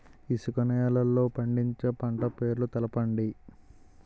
ఇసుక నేలల్లో పండించే పంట పేర్లు తెలపండి?